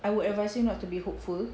I would advise you not to be hopeful